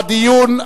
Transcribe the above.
לדיון.